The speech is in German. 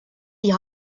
die